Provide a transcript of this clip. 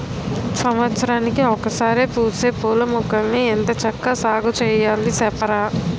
సంవత్సరానికి ఒకసారే పూసే పూలమొక్కల్ని ఎంత చక్కా సాగుచెయ్యాలి సెప్పరా?